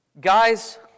Guys